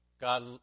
God